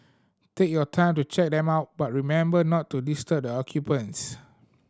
take your time to check them out but remember not to disturb the occupants